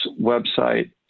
website